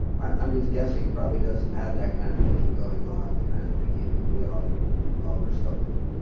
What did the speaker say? i'm just guessing, and probably doesn't have that kind of thinking going on. the kind of thinking we often involve ourself in.